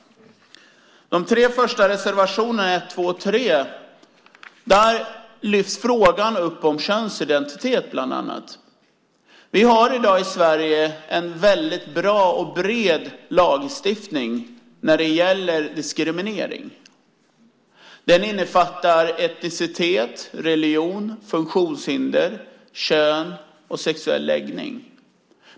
I de tre första reservationerna, 1, 2 och 3, lyfts bland annat frågan om könsidentitet fram. Vi har i dag i Sverige en väldigt bra och bred lagstiftning när det gäller diskriminering. Den innefattar etnicitet, religion, funktionshinder, kön och sexuell läggning.